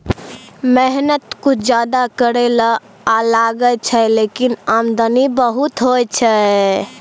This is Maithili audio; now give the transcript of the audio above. मेहनत कुछ ज्यादा करै ल लागै छै, लेकिन आमदनी बहुत होय छै